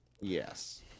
Yes